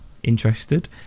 Interested